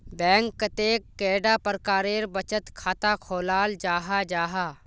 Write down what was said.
Bank कतेक कैडा प्रकारेर बचत खाता खोलाल जाहा जाहा?